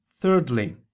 thirdly